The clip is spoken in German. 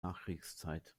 nachkriegszeit